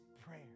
prayer